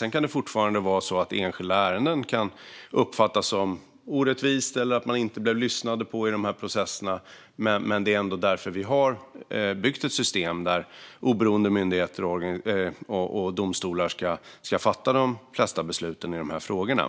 Sedan kan det fortfarande vara så att det i enskilda ärenden kan uppfattas som orättvist eller att man inte blev lyssnad på i processerna. Men det är ändå därför vi har byggt ett system där oberoende myndigheter och domstolar ska fatta de flesta besluten i de frågorna.